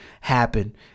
happen